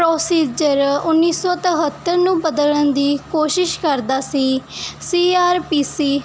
procedure ਉੱਨੀ ਸੌ ਤਿਹੱਤਰ ਨੂੰ ਬਦਲਣ ਦੀ ਕੋਸ਼ਿਸ਼ ਕਰਦਾ ਸੀ ਸੀ ਆਰ ਪੀ ਸੀ